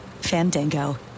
Fandango